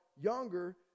younger